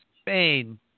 Spain